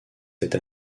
cette